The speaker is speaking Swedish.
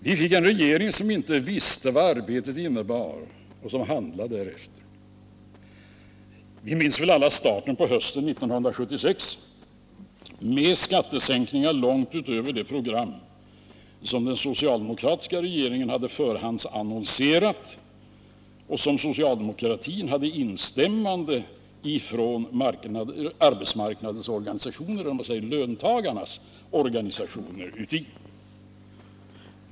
Vi fick en regering som inte visste vad arbetet innebar och som handlade därefter. Vi minns väl alla starten på hösten 1976 med skattesänkningar långt utöver det program som den socialdemokratiska regeringen hade förhandsannonserat och där vi hade instämmande från arbetsmarknadens organisationer — jag avser löntagarnas organisationer.